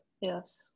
Yes